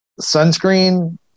sunscreen